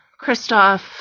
Kristoff